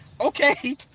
Okay